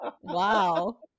Wow